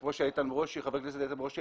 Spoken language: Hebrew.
כמו שחבר הכנסת איתן ברושי אמר,